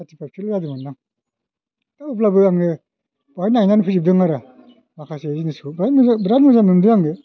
थारथिफाइपसोल' जादोंमोनदां दा अब्लाबो आङो बेवहाय नायनानै फैजोबदोंमोन आरो माखासे जिनिसखौ बेवहाय बिराद मोजां मोनदों आंबो